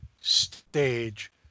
stage